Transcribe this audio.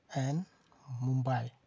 and Mumbai